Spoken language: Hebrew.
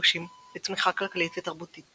וכיבושים לצמיחה כלכלית ותרבותית